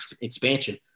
expansion